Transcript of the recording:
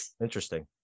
Interesting